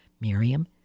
Miriam